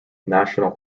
national